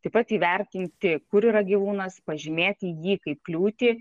taip pat įvertinti kur yra gyvūnas pažymėti jį kaip kliūtį